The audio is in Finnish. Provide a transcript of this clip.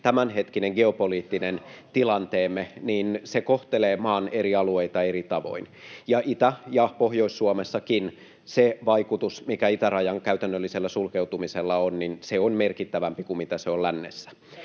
tämänhetkinen geopoliittinen tilanteemme kohtelee maan eri alueita eri tavoin. Itä- ja Pohjois-Suomessakin se vaikutus, mikä käytännössä on itärajan sulkeutumisella, on merkittävämpi kuin se on lännessä.